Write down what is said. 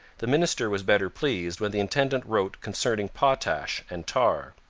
the minister was better pleased when the intendant wrote concerning potash and tar.